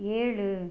ஏழு